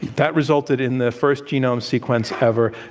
that resulted in the first genome sequence ever.